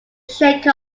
shake